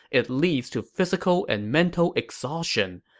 it leads to physical and mental exhaustion,